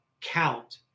count